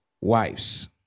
Wives